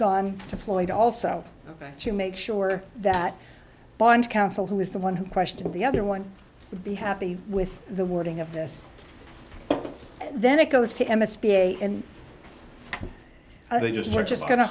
gone to floyd also to make sure that bond counsel who is the one who questions the other one would be happy with the wording of this then it goes to m s p and just